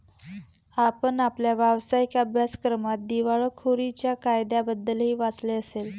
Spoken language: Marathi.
आपण आपल्या व्यावसायिक अभ्यासक्रमात दिवाळखोरीच्या कायद्याबद्दलही वाचले असेल